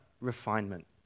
refinement